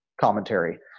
commentary